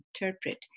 interpret